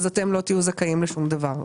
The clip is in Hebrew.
אז לא תהיו זכאים לשום דבר.